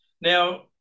now